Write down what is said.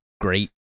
great